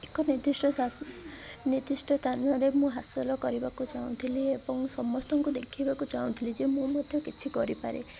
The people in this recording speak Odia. ଏକ ନିର୍ଦ୍ଧିଷ୍ଟଟା ନିର୍ଦ୍ଦିଷ୍ଟ ସ୍ଥାନରେ ମୁଁ ହାସଲ କରିବାକୁ ଚାହୁଁଥିଲି ଏବଂ ସମସ୍ତଙ୍କୁ ଦେଖେଇବାକୁ ଚାହୁଁଥିଲି ଯେ ମୁଁ ମଧ୍ୟ କିଛି କରିପାରେ